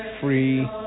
free